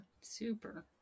Super